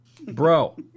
Bro